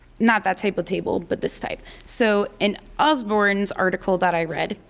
not that type of table, but this type. so, in osborne's article that i read,